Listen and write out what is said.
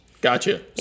Gotcha